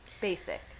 basic